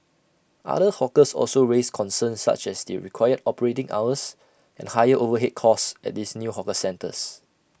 other hawkers also raised concerns such as the required operating hours and higher overhead costs at these new hawker centres